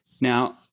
Now